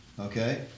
Okay